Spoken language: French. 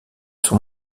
sont